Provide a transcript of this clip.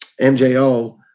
MJO